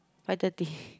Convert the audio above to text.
five thirty